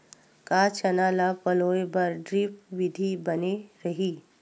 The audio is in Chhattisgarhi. का चना ल पलोय बर ड्रिप विधी बने रही?